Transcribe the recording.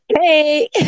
Hey